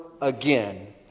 again